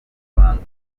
rwanda